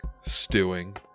stewing